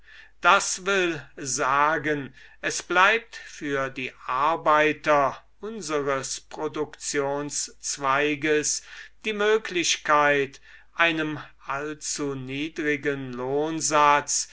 das will sagen es bleibt für die arbeiter unseres produktionszweiges die möglichkeit einem allzuniedrigen